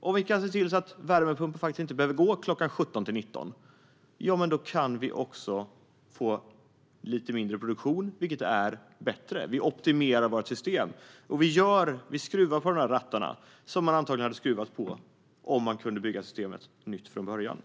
och om vi kan se till att värmepumpen inte behöver gå mellan kl. 17 och kl. 19 kan vi få lite mindre produktion, vilket är bättre. Vi optimerar då vårt system. Vi skruvar på de rattar som man antagligen hade skruvat på om man hade kunnat bygga ett nytt system från början.